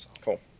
Cool